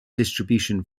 distribution